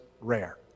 rare